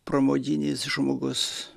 pramoginis žmogus